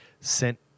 sent